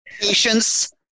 patience